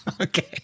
Okay